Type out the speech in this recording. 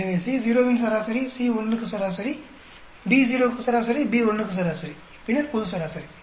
எனவே Co வின் சராசரி C1 க்கு சராசரி Bo க்கு சராசரி B 1 க்கு சராசரி பின்னர் பொது சராசரி